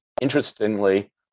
interestingly